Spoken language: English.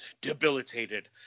debilitated